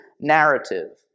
narrative